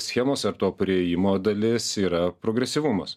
schemos ar to priėjimo dalis yra progresyvumas